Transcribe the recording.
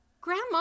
Grandma